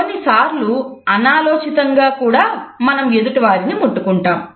కొన్నిసార్లు అనాలోచితంగా కూడా మనం ఎదుటి వారిని ముట్టుకుంటాము